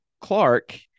Clark